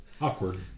awkward